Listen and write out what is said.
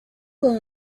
con